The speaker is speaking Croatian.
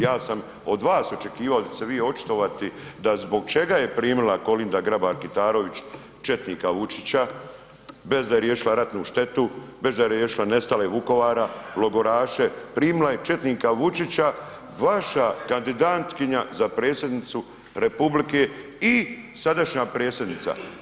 Ja sam od vas očekivao da ćete se vi očitovati da zbog čega je primila Kolinda Grabar-Kitarović četnika Vučića bez da je riješila ratnu štetu, bez da je riješila nestale iz Vukovara, logoraše, primila je četnika Vučića vaša kandidatkinja za predsjedniku Republike i sadašnja predsjednica.